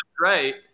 right